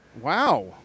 Wow